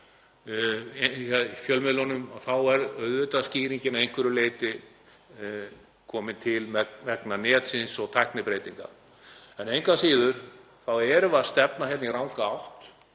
fjölmiðlunum þá er auðvitað skýringin að einhverju leyti komin til vegna netsins og tæknibreytinga. Engu að síður erum við að stefna í ranga átt